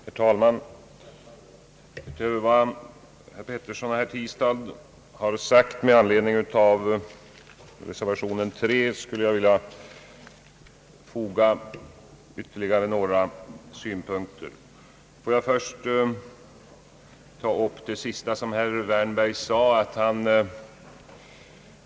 Herr talman! Efter vad herr Erik Filip Petersson och herr Tistad har anfört med anledning av reservation nr 3, skulle jag vilja tillfoga ytterligare några synpunkter. Jag vill dock först beröra det som herr Wärnberg tog upp sist i sitt anförande.